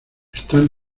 están